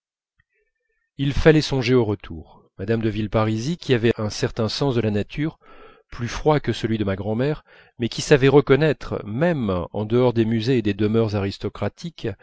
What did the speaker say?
il fallait songer au retour mme de villeparisis qui avait un certain sens de la nature plus froid que celui de ma grand'mère mais qui sait reconnaître même en dehors des musées et des demeures aristocratiques